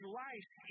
life